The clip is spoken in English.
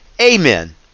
Amen